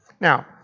Now